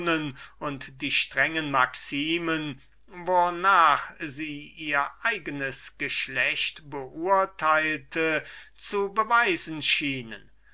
und die strengen maximen wornach sie andre von ihrem geschlecht beurteilte zu beweisen schienen